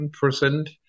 percent